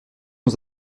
aux